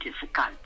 difficult